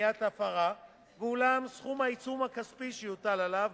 למניעת ההפרה, ואולם סכום העיצום הכספי שיוטל עליו